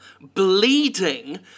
bleeding